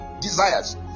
desires